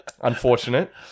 unfortunate